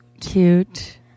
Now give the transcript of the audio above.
Cute